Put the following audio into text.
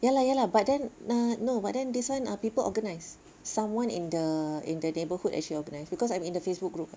ya lah ya lah but then ah no but then this one people organize someone in the in the neighbourhood actually organize because I'm in the Facebook group